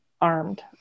armed